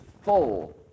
full